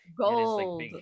gold